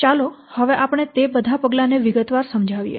તો ચાલો હવે આપણે તે બધા પગલાંને વિગતવાર સમજાવીએ